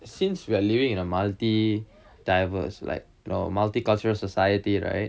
since we are living in a multi diverse like multi-cultural society right